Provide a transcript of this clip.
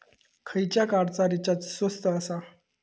खयच्या कार्डचा रिचार्ज स्वस्त आसा?